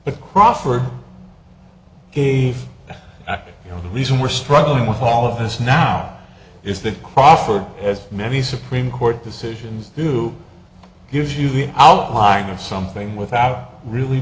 the crawford if you know the reason we're struggling with all of us now is that crawford as many supreme court decisions do gives you the outline of something without really